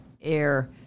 air